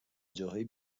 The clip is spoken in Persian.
جاهای